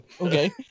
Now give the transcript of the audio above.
Okay